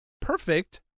Perfect